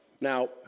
Now